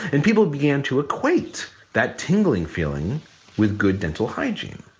and people began to equate that tingling feeling with good dental hygiene.